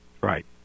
Right